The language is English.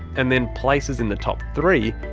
and then places in the top three.